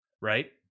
Right